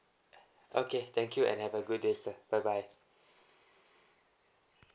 okay thank you and have a good day sir bye bye